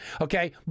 okay